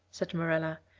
said marilla.